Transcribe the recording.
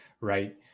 right